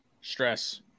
stress